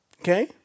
Okay